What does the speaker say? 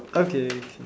okay